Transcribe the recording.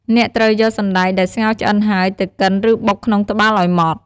អ្នកត្រូវយកសណ្ដែកដែលស្ងោរឆ្អិនហើយ ទៅកិន ឬបុកក្នុងត្បាល់ឲ្យម៉ដ្ឋ ។